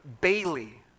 Bailey